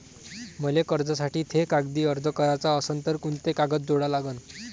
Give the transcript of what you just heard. मले कर्जासाठी थे कागदी अर्ज कराचा असन तर कुंते कागद जोडा लागन?